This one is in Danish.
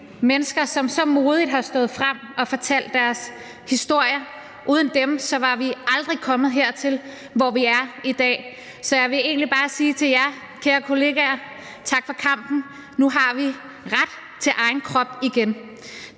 mennesker, som så modigt har stået frem og fortalt deres historier. Uden dem var vi aldrig kommet hertil, hvor vi er i dag. Og så vil jeg egentlig bare sige til jer, kære kollegaer: Tak for kampen, nu har vi ret til egen krop igen.